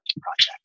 project